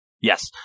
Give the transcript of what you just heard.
Yes